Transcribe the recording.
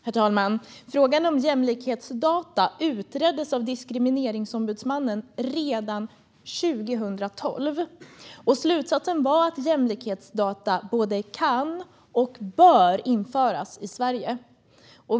Herr talman! Frågan om jämlikhetsdata utreddes av Diskrimineringsombudsmannen redan 2012. Slutsatsen var att jämlikhetsdata både kan och bör införas i Sverige.